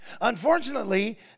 Unfortunately